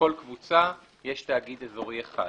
לכל קבוצה יש תאגיד אזורי אחד.